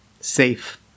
safe